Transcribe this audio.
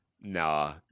Nah